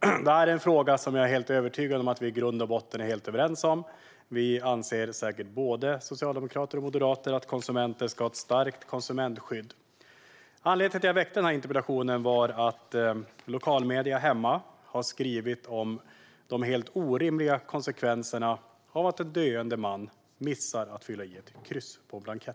Det här är en fråga som jag är helt övertygad om att vi i grund och botten är helt överens om. Både socialdemokrater och moderater anser säkert att konsumenter ska ha ett starkt konsumentskydd. Anledningen till att jag väckte den här interpellationen är att lokala medier därhemma har skrivit om de helt orimliga konsekvenserna av att en döende man missat att fylla i ett kryss på en blankett.